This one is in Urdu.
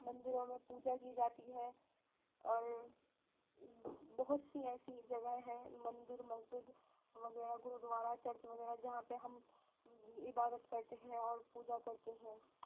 مندروں میں پوجا کی جاتی ہے اور بہت سی ایسی جگہیں ہیں مندر مسجد وغیرہ گردوارہ چرچ وغیرہ جہاں پہ ہم عبادت کرتے ہیں اور پوجا کرتے ہیں